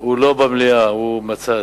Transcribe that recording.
הוא לא במליאה, הוא בצד.